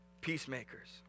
peacemakers